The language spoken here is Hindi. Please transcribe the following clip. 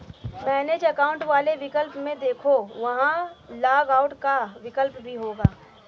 मैनेज एकाउंट वाले विकल्प में देखो, वहां लॉग आउट का विकल्प भी होगा